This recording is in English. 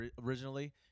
originally